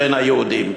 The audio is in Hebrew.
בין היהודים.